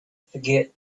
forget